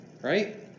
Right